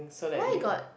why got